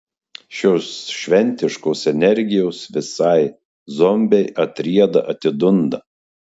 šios šventiškos energijos visai zombiai atrieda atidunda